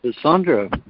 Sandra